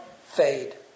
fade